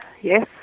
Yes